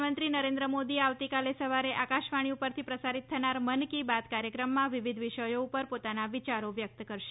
પ્રધાનમંત્રી નરેન્દ્ર મોદી આવતીકાલે સવારે આકાશવાણી પરથી પ્રસારિત થનાર મન કી બાત કાર્યક્રમમાં વિવિધ વિષયો ઉપર પોતાના વિયારો વ્યક્ત કરશે